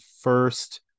first